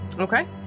Okay